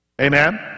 Amen